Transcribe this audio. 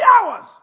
hours